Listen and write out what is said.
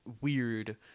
weird